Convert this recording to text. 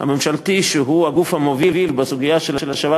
הממשלתי שהוא הגוף המוביל בסוגיה של השבת